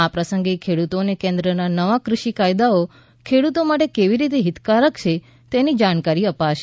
આ પ્રસંગે ખેડૂતોને કેન્દ્રના નવા ક઼ષિ કાયદાઓ ખેડૂતો માટે કેવી રીતે હિતકારક છે તેની જાણકારી અપાશે